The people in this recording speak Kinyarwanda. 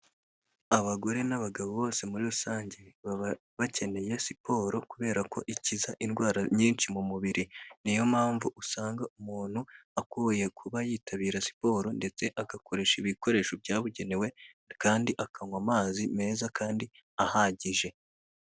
Abagore n'abagabo bose muri rusange baba bakeneye siporo kubera ko ikiza indwara nyinshi mu mubiri, niyo mpamvu usanga umuntu akwiye kuba yitabira siporo ndetse agakoresha ibikoresho byabugenewe kandi akanywa amazi meza kandi ahagije.